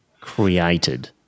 created